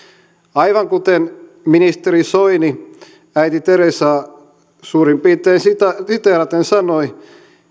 aivan kuten ministeri soini äiti teresaa suurin piirtein siteeraten sanoi